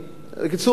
בקיצור,